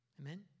Amen